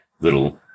little